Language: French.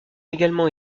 également